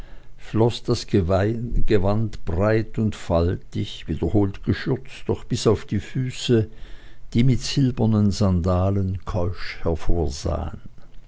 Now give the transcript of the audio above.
floß das gewand weit und faltig wiederholt geschürzt doch bis auf die füße die mit silbernen sandalen keusch